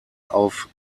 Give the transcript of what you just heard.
auf